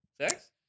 Sex